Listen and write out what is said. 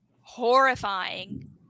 horrifying